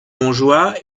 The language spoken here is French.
montjoie